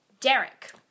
Derek